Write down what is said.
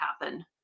happen